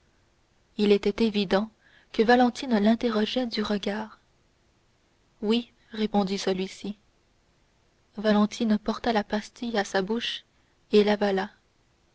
il était évident que valentine l'interrogeait du regard oui répondit celui-ci valentine porta la pastille à sa bouche et l'avala